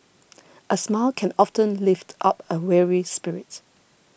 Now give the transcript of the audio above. a smile can often lift up a weary spirit